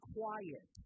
quiet